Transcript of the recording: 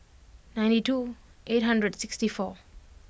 ninety two eight hundred sixty four